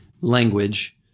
language